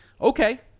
Okay